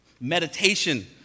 Meditation